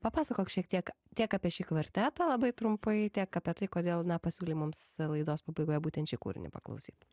papasakok šiek tiek tiek apie šį kvartetą labai trumpai tiek apie tai kodėl na pasiūlei mums laidos pabaigoje būtent šį kūrinį paklausyt